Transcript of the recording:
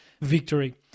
victory